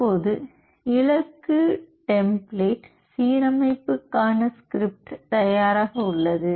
இப்போது இலக்கு டெம்ப்ளேட் சீரமைப்புக்கான ஸ்கிரிப்ட் தயாராக உள்ளது